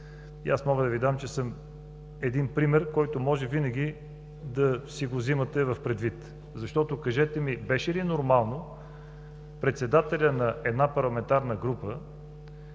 аз мога да Ви дам себе си, като един пример, който може винаги да го имате предвид, защото – кажете ми, беше ли нормално председателят на една парламентарна група,